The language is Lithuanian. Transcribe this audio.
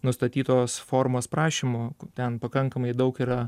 nustatytos formos prašymu ten pakankamai daug yra